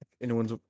anyone's